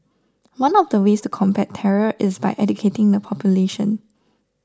one of the ways to combat terror is by educating the population